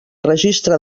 registre